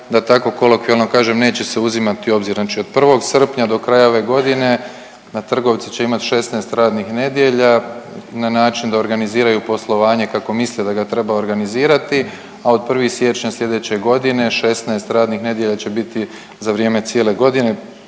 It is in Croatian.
da tako kolokvijalno kažem neće se uzimati u obzir. Znači od 1. srpnja do kraja ove godine trgovci će imati 16 radnih nedjelja na način da organiziraju poslovanje kako misle da ga treba organizirati. A od 1. siječnja slijedeće godine 16 radnih nedjelja će biti za vrijeme cijele godine.